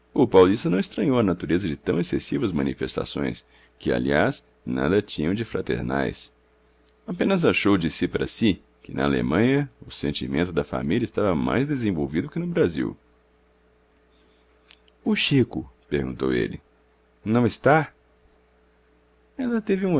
paulista não estranhou a natureza de tão excessivas manifestações que aliás nada tinham de fraternais apenas achou de si para si que na alemanha o sentimento da família estava mais desenvolvido que no brasil o chico perguntou ele não está ela teve